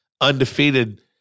undefeated